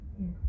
Yes